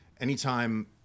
anytime